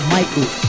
Michael